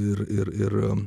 ir ir ir